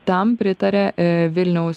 tam pritarė vilniaus